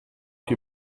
die